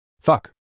Fuck